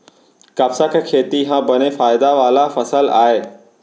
कपसा के खेती ह बने फायदा वाला फसल आय